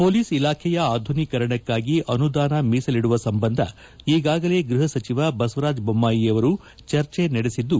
police ಇಲಾಖೆಯ ಅಧುನೀಕರಣಕ್ಕಾಗಿ ಅನುದಾನ ಮೀಸಲಿಡುವ ಸಂಬಂಧ ಈಗಾಗಲೇ ಗೃಹಸಚಿವ ಬಸವರಾಜ ದೊಮ್ನಾಯಿಯವರು ಚರ್ಚೆ ನಡೆಸಿದ್ದು